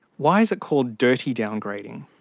why is it called dirty downgrading.